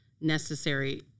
necessary